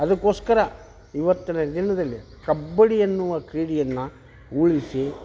ಅದಕ್ಕೋಸ್ಕರ ಇವತ್ತಿನ ದಿನದಲ್ಲಿ ಕಬ್ಬಡಿ ಎನ್ನುವ ಕ್ರೀಡೆಯನ್ನು ಉಳಿಸಿ